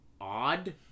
odd